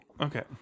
Okay